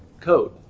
code